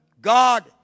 God